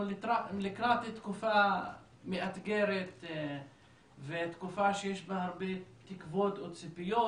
לקראת תקופה מאתגרת ותקופה שיש בה הרבה תקוות או ציפיות.